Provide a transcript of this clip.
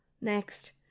Next